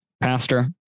pastor